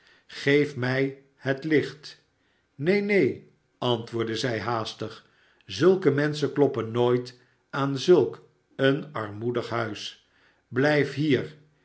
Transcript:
geef mij het licht neen neen antwoordde zij haastig szulke menschen kloppen nooit aan zulk een armoedig huis blijf hier